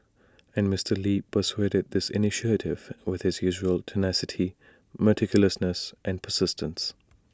and Mister lee pursuaded this initiative with his usual tenacity meticulousness and persistence